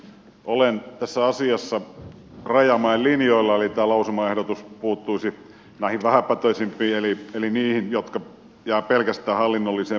olen tässä asiassa rajamäen linjoilla eli tämä lausumaehdotus puuttuisi näihin vähäpätöisimpiin eli niihin jotka jäävät pelkästään hallinnolliseen menettelyyn